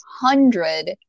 hundred